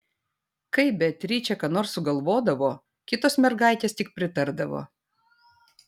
kai beatričė ką nors sugalvodavo kitos mergaitės tik pritardavo